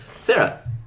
Sarah